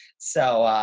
so